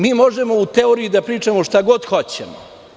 Mi možemo u teoriji da pričamo šta god hoćemo.